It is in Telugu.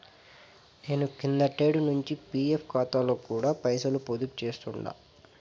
నేను కిందటేడు నించి పీఎఫ్ కాతాలో కూడా పైసలు పొదుపు చేస్తుండా